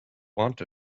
want